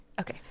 Okay